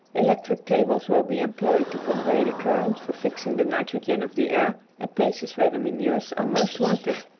electric cables will be employed to convey the current for fixing the nitrogen of the air at places where the manures are most wanted.